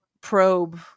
probe